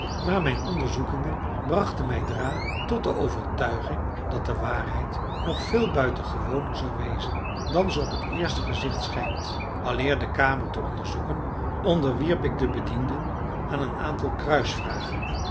maar mijn onderzoekingen brachten mij dra tot de overtuiging dat de waarheid nog veel buitengewoner zou wezen dan ze op het eerste gezicht schijnt aleer de kamer te onderzoeken onderwierp ik de bedienden aan een aantal